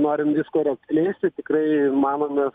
norim visą ir atskleisti tikrai manome